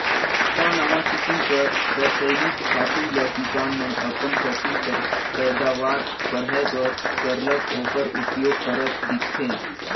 नावा नावा किसिम कर रसइनिक खातू ल किसान मन अपन फसिल कर पएदावार बढ़ाए बर सरलग ओकर उपियोग करत दिखथें